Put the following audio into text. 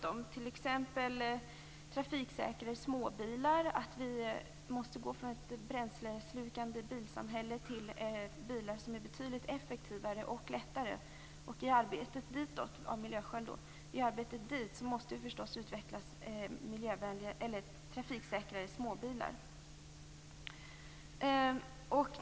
Det gäller t.ex. trafiksäkra småbilar, att vi måste gå från ett bränsleslukande bilsamhälle till ett samhälle med bilar som är betydligt effektivare och lättare, detta av miljöskäl. I arbetet på väg dit måste det utvecklas trafiksäkrare småbilar.